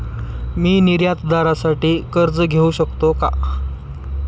मी निर्यातदारासाठी कर्ज घेऊ शकतो का?